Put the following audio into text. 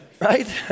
right